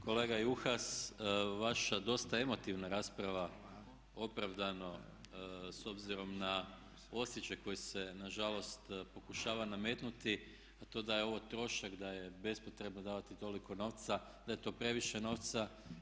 Kolega Juhas, vaša dosta emotivna rasprava opravdano s obzirom na osjećaj koji se na žalost pokušava nametnuti to da je ovo trošak, da je bespotrebno davati toliko novca, da je to previše novca.